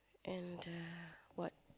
and the what